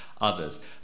others